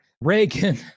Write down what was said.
Reagan